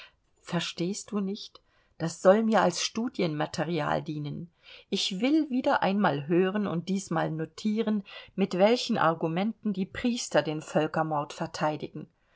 verstehst du nicht das soll mir als studienmaterial dienen ich will wieder einmal hören und diesmal notieren mit welchen argumenten die priester den völkermord verteidigen